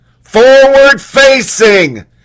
Forward-facing